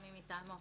המשמעות.